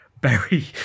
berry